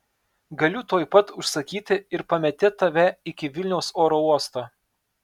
galiu tuoj pat užsakyti ir pamėtėt tave iki vilniaus oro uosto